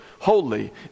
holy